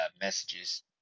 messages